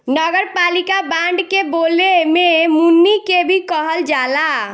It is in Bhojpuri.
नगरपालिका बांड के बोले में मुनि के भी कहल जाला